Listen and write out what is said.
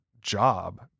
job